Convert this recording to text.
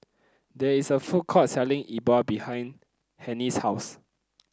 there is a food court selling E Bua behind Hennie's house